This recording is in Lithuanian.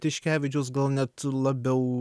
tiškevičius gal net labiau